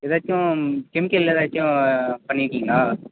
எதாச்சும் கெமிக்கலில் எதாச்சும் பண்ணிட்டிங்களா